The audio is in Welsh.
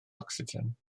ocsigen